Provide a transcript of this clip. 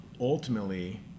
ultimately